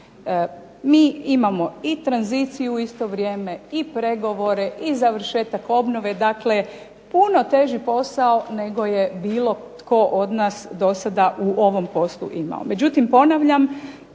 Mi imamo i tranziciju u isto vrijeme i pregovore i završetak obnove. Dakle, puno teži posao nego je bilo tko od nas dosada u ovom poslu imao.